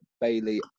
Bailey